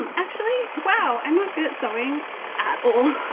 um actually, wow, i'm not good at sewing at all.